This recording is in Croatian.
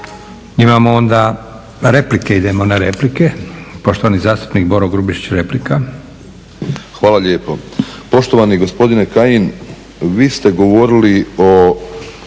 Imamo onda replike. Idemo na replike. Poštovani zastupnik Boro Grubišić, replika. **Grubišić, Boro (HDSSB)** Hvala lijepo. Poštovani gospodine Kajin vi ste govorili o